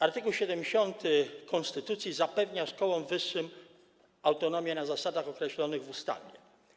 Art. 70 konstytucji zapewnia szkołom wyższym autonomię na zasadach określonych w ustawie.